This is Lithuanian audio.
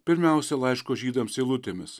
pirmiausia laiško žydams eilutėmis